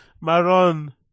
Maron